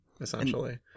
essentially